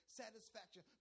satisfaction